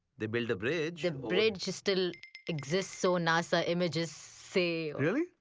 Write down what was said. they built the bridge. the bridge still exists, so nasa images say. really?